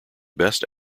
best